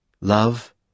Love